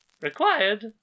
required